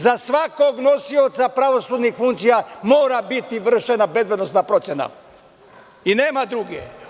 Za svakog nosioca pravosudnih funkcija mora biti vršena bezbednosna procena i nema druge.